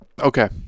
Okay